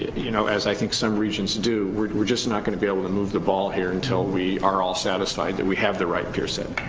you know as i think some regent do, we're we're just not going to be able to move the ball here until we are all satisfied that we have the right peer set.